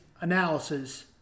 analysis